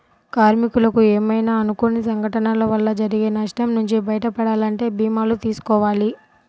కార్మికులకు ఏమైనా అనుకోని సంఘటనల వల్ల జరిగే నష్టం నుంచి బయటపడాలంటే భీమాలు చేసుకోవాలి